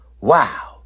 Wow